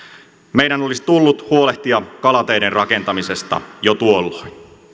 meidän olisi tullut huolehtia kalateiden rakentamisesta jo tuolloin